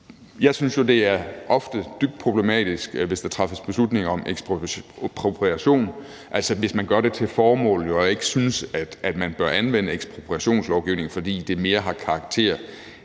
Jeg synes ofte, det er dybt problematisk, hvis der træffes beslutninger om ekspropriation, hvis man gør det til et formål. Jeg synes ikke, man bør anvende ekspropriationslovgivningen, når det mere har karakter